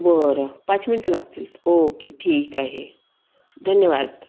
बरं पाच मिनटं लागतील ओके ठीक आहे धन्यवाद